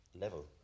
level